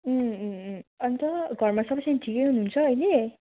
अन्त घरमा सबैजना ठिकै हुनुहुन्छ अहिले